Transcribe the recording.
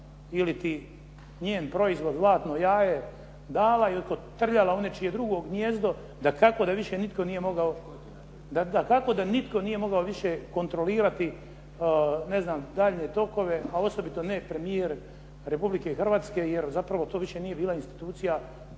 ili ti njen proizvod zlatno jaje dala i otkotrljala u nečije drugo gnijezdo dakako da više nitko nije mogao, dakako da nitko nije mogao više kontrolirati daljnje tokove, a osobito ne premijer Republike Hrvatske jer zapravo to više nije bila institucija